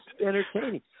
entertaining